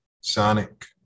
Sonic